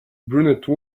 brunette